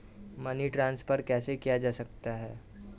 Money transfer कैसे किया जा सकता है?